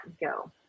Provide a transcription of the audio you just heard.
go